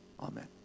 Amen